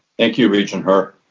thank you regent her.